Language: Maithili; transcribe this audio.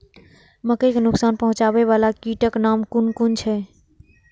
मके के नुकसान पहुँचावे वाला कीटक नाम कुन कुन छै?